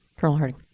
colonel harting.